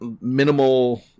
minimal